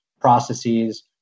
processes